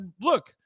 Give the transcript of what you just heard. look